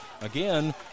again